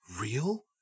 real